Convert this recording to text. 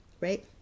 right